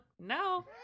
no